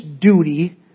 duty